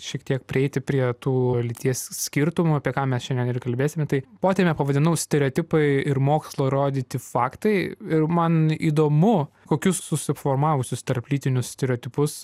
šiek tiek prieiti prie tų lyties skirtumų apie ką mes šiandien ir kalbėsime tai potemę pavadinau stereotipai ir mokslo įrodyti faktai ir man įdomu kokius susiformavusius tarplytinius stereotipus